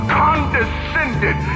condescended